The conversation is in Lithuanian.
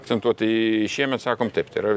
akcentuoti tai šiemet sakom taip tai yra